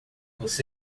você